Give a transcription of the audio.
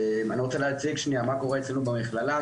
אני רוצה להציג מה קורה אצלנו במכללה,